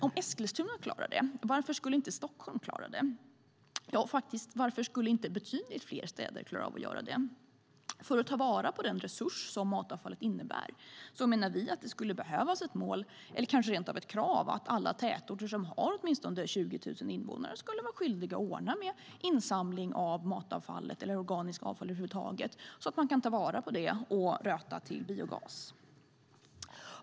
Om Eskilstuna klarar det, varför skulle inte Stockholm klara det? Varför skulle inte betydligt fler städer klara det? För att ta vara på den resurs som matavfall är menar vi att det skulle behövas ett mål, eller kanske ett krav, att alla tätorter som har minst 20 000 invånare skulle vara skyldiga att ordna med insamling av matavfall och organiskt avfall över huvud taget så att man kan ta vara på det och röta till biogas.